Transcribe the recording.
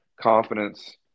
confidence